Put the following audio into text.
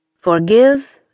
FORGIVE